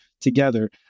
together